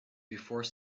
before